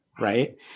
Right